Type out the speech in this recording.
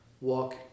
walk